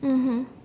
mmhmm